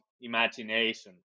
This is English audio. imagination